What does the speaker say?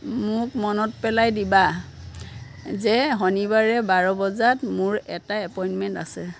মোক মনত পেলাই দিবা যে শনিবাৰে বাৰ বজাত মোৰ এটা এপইণ্টমেণ্ট আছে